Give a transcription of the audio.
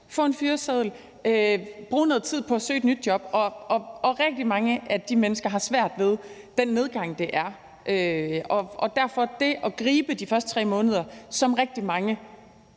få en fyreseddel, bruge noget tid på at søge et nyt job. Og rigtig mange af de mennesker har svært ved den nedgang, det er. Derfor har det at gribe de første 3 måneder, som rigtig mange